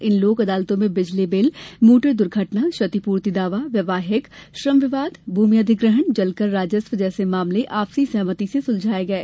इन लोक अदालतों में बिजली बिल मोटर दुर्घटना क्षतिपूर्ति दावावैवाहिक श्रम विवाद भूमि अधिग्रहण जलकर राजस्व जैसे मामले आपसी सहमति सुलझाये गये